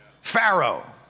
Pharaoh